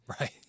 Right